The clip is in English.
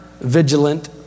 vigilant